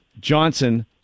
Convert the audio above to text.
Johnson